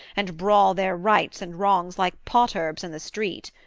and brawl their rights and wrongs like potherbs in the street.